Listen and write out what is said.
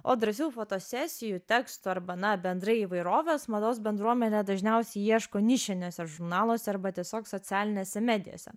o drąsių fotosesijų tekstų arba na bendrai įvairovės mados bendruomenė dažniausiai ieško nišiniuose žurnaluose arba tiesiog socialinėse medijose